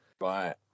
Right